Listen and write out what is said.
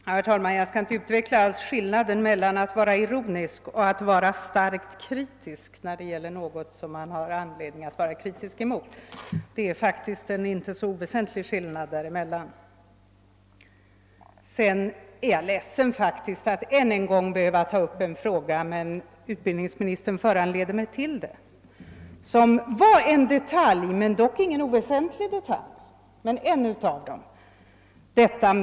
Herr talman! Jag skall inte alls utveckla skillnaden mellan att vara ironisk och att vara starkt kritisk när det gäller något som man har anledning att vara kritisk mot. Men det är faktiskt en inte oväsentlig skillnad däremellan. Jag är faktiskt ledsen över att än en gång behöva ta upp en fråga — men utbildningsministern föranleder mig till det — som rör en detalj, även om det inte är någon oviktig sådan.